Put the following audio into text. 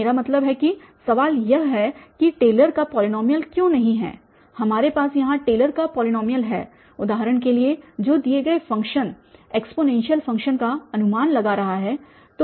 मेरा मतलब है कि सवाल यह है कि यह टेलर का पॉलीनॉमियल क्यों नहीं है हमारे पास यहाँ टेलर का पॉलीनॉमियल है उदाहरण के लिए जो दिए गए फ़ंक्शन एक्सपोनेनशियल फ़ंक्शन का अनुमान लगा रहा है